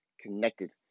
connected